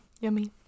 yummy